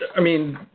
i mean,